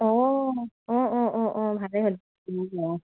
অঁ অঁ অঁ অঁ অঁ ভালেই হ'ল